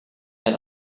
and